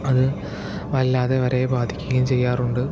അത് വല്ലാതവരേ ബാധിക്കുകയും ചെയ്യാറുണ്ട്